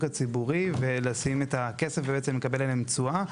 הציבורי ולשים את הכסף ובעצם לקבל עליהן תשואה.